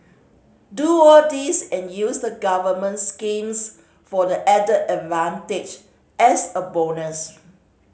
do all this and use the government schemes for the added advantage as a bonus